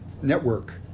network